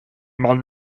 mann